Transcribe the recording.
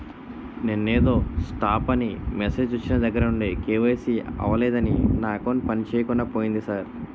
నిన్నేదో స్టాప్ అని మెసేజ్ ఒచ్చిన దగ్గరనుండి కే.వై.సి అవలేదని నా అకౌంట్ పనిచేయకుండా పోయింది సార్